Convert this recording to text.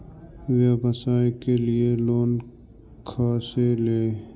व्यवसाय के लिये लोन खा से ले?